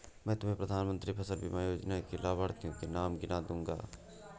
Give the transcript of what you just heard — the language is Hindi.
मैं तुम्हें प्रधानमंत्री फसल बीमा योजना के लाभार्थियों के नाम गिना दूँगा